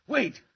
Wait